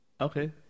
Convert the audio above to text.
Okay